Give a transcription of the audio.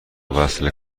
وصله